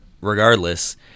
regardless